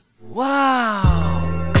Wow